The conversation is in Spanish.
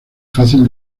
fácil